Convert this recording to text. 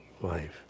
life